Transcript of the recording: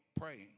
praying